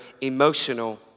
emotional